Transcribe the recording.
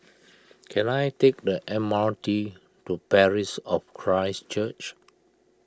can I take the M R T to Parish of Christ Church